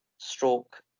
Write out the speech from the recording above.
Stroke